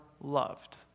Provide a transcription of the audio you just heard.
loved